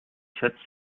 sept